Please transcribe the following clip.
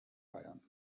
bayern